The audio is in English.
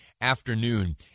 afternoon